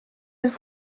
êtes